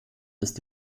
ist